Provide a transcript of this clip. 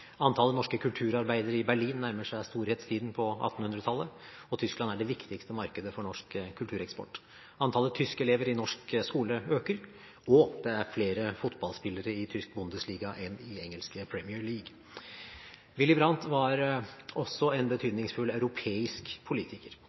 Antallet norske kulturarbeidere i Berlin nærmer seg storhetstiden på 1800-tallet, og Tyskland er det viktigste markedet for norsk kultureksport. Antallet tyske elever i norsk skole øker, og det er flere fotballspillere i tysk Bundesliga enn i engelske Premier League. Willy Brandt var også en betydningsfull europeisk politiker.